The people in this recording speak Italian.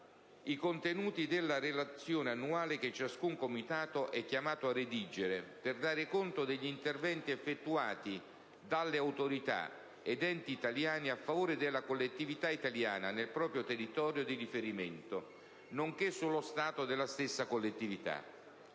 i contenuti della relazione annuale che ciascun Comitato è chiamato a redigere, per dare conto degli interventi effettuati dalle autorità ed enti italiani a favore della collettività italiana nel proprio territorio di riferimento, nonché sullo stato della stessa collettività.